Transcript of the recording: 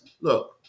look